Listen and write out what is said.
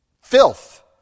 filth